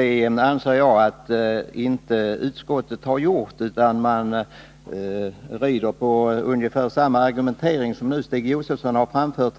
Jag anser att utskottet inte har gjort det utan rider på ungefär samma argumentering som Stig Josefson nu framfört.